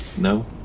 No